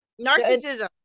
Narcissism